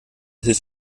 hilft